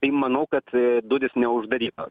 tai manau kad durys neuždarytos